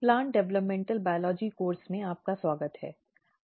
plant development biology course में आपका स्वागत है